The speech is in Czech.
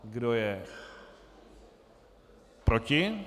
Kdo je proti?